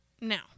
Now